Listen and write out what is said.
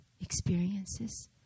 experiences